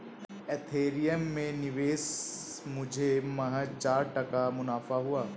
Ethereum में निवेश मुझे महज चार टका मुनाफा हुआ